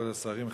כבוד השרים,